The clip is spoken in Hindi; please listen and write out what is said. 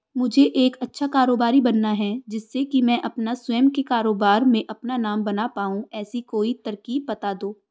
मुझे एक अच्छा कारोबारी बनना है जिससे कि मैं अपना स्वयं के कारोबार में अपना नाम बना पाऊं ऐसी कोई तरकीब पता दो?